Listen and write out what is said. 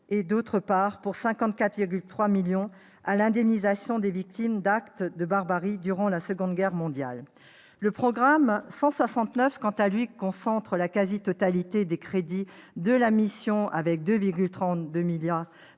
et, pour 54,3 millions d'euros, à l'indemnisation des victimes d'actes de barbarie durant la Seconde Guerre mondiale. Le programme 169, quant à lui, concentre la quasi-totalité des crédits de la mission, avec 2,32 milliards